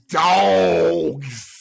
dogs